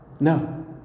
No